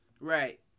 Right